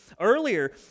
earlier